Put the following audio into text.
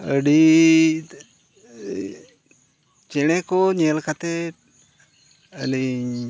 ᱟᱹᱰᱤ ᱪᱮᱬᱮ ᱠᱚ ᱧᱮᱞ ᱠᱟᱛᱮᱫ ᱟᱹᱞᱤᱧ